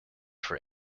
for